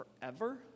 forever